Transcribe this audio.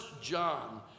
John